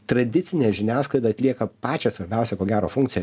tradicinė žiniasklaida atlieka pačią svarbiausią ko gero funkciją